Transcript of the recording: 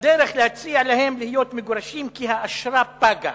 ובדרך להציע להן להיות מגורשות, כי האשרה פגה,